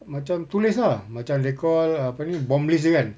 macam tulis lah macam they call apa ni BOM list dia kan